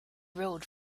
rode